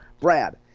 Brad